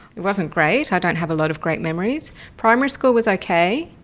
it wasn't great, i don't have a lot of great memories. primary school was ok,